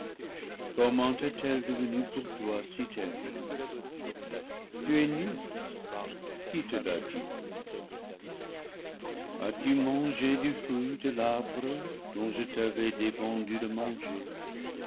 comment est-elle devenue pour toi si terrible tu es nu qui te l'a dit as-tu mangé du fruit de l'arbre dont je t'avais défendu de manger